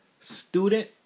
Student